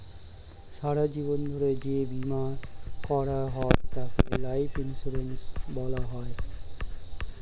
সারা জীবন ধরে যে বীমা করা হয় তাকে লাইফ ইন্স্যুরেন্স বলা হয়